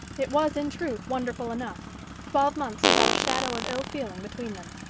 it was in truth wonderful enough twelve months without a shadow of ill-feeling between them.